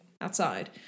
outside